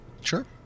Sure